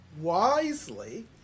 wisely